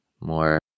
more